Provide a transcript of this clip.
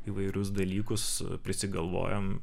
įvairius dalykus prisigalvojam